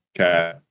Okay